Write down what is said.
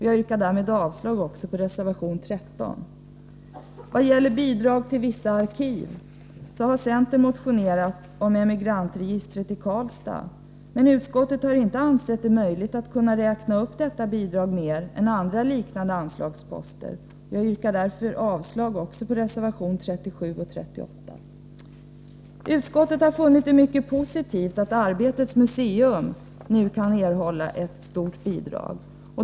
Jag yrkar avslag också på reservation 13. I vad gäller bidrag till vissa arkiv har centern motionerat om bidrag till Emigrantregistret i Karlstad. Utskottet har inte ansett det möjligt att räkna upp detta bidrag mer än andra liknande anslagsposter. Jag yrkar därför avslag också på reservationerna 37 och 38. Utskottet har funnit det mycket positivt att Arbetets museum nu kan erhålla ett stort bidrag.